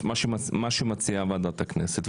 מה שמציעה ועדת הכנסת.